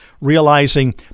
realizing